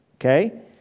Okay